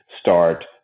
start